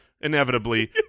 inevitably